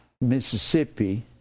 Mississippi